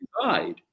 divide